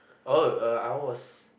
oh uh I was